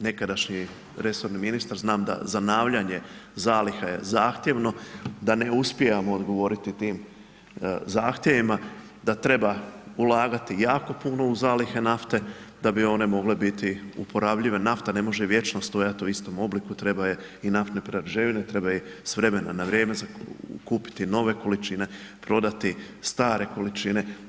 nekadašnji resorni ministar znam da zanavljanje zaliha je zahtjevno, da ne uspijevamo odgovoriti tim zahtjevima, da treba ulagati jako puno u zalihe nafte da bi one mogle biti uporabljive, nafta ne može vječno stajati u istom obliku, treba je, i naftne prerađevine, treba sa vremena na vrijeme kupiti nove količine, prodati stare količine.